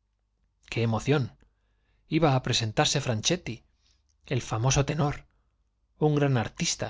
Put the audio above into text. rando revolviéndosepara iba á presentarse franchetti el famoso j qué emoción un gran artista